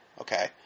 okay